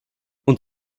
und